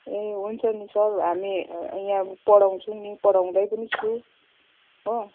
ए हुन्छ नि सर हामी यहाँ पढाउँछौँ नि पढाउँदै पनि छु हो